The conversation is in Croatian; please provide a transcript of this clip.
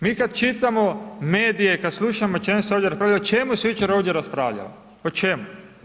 Mi kada čitamo medije i kada slušamo o čemu se ovdje raspravlja, o čemu se jučer ovdje raspravljalo, o čemu?